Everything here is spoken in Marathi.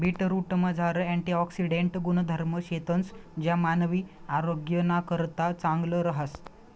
बीटरूटमझार अँटिऑक्सिडेंट गुणधर्म शेतंस ज्या मानवी आरोग्यनाकरता चांगलं रहास